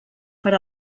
per